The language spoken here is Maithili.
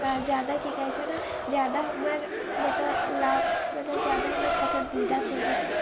अऽ जादा कि कहै छै ने जादा हमर मतलब लाव मतलब जादा हमर पसन्दीदा छै बस